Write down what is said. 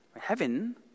Heaven